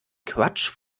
quatsch